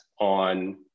on